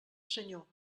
senyor